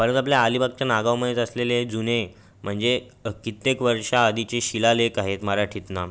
परत आपल्या अलीबागच्या नागांवमध्येच असलेले जुने म्हणजे कित्येक वर्षांआधीची शिलालेख आहेत मराठीतून